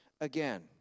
again